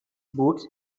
boots